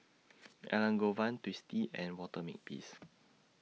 Elangovan Twisstii and Walter Makepeace